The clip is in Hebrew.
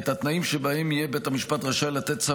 את התנאים שבהם יהיה בית המשפט רשאי לתת צו